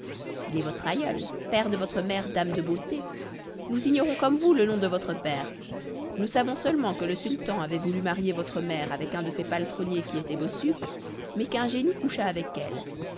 il est votre aïeul père de votre mère dame de beauté nous ignorons comme vous le nom de votre père nous savons seulement que le sultan avait voulu marier votre mère avec un de ses palefreniers qui était bossu mais qu'un génie coucha avec elle